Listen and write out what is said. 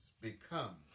become